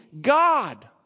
God